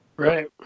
right